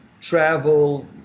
travel